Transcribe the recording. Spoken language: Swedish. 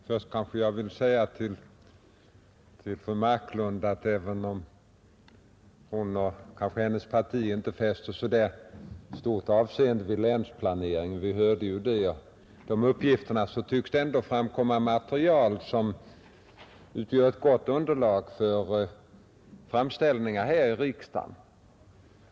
Herr talman! Först vill jag säga till fru Marklund att även om hon och kanske hennes parti inte fäster så stort avseende vid länsplaneringen — vi hörde ju det uppgivas — så tycks det ändå framkomma material som utgör ett gott underlag för framställningar här i riksdagen.